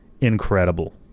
incredible